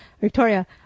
Victoria